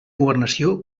governació